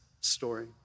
story